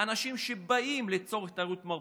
אנשים שבאים לצורך תיירות מרפא,